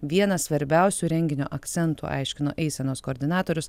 vienas svarbiausių renginio akcentų aiškino eisenos koordinatorius